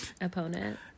opponent